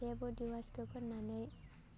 बे बडि अवासखौ फोन्नानै